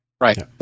Right